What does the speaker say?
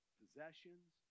possessions